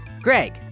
Greg